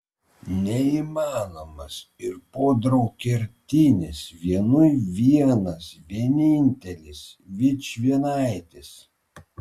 neįmanomas ir podraug kertinis vienui vienas vienintelis vičvienaitis